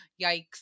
Yikes